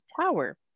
Tower